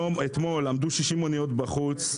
אתמול עמדו 60 אניות בחוץ,